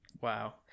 Wow